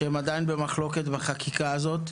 והן עדיין במחלוקת בחקיקה הזאת.